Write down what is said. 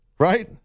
Right